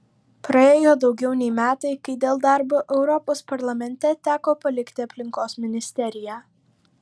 praėjo daugiau nei metai kai dėl darbo europos parlamente teko palikti aplinkos ministeriją